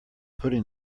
putting